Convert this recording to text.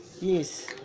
Yes